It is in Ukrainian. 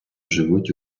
живуть